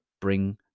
bring